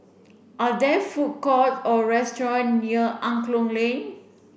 are there food court or restaurant near Angklong Lane